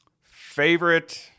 favorite